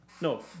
no